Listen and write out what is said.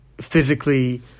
physically